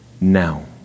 now